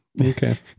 okay